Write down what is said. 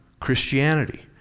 Christianity